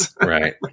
right